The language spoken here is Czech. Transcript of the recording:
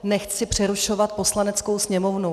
Nechci přerušovat Poslaneckou sněmovnu.